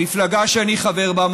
המפלגה שאני חבר בה,